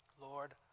Lord